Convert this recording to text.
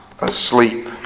asleep